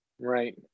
Right